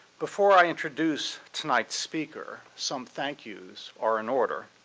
before i introduce tonight's speaker, some thank yous are in order.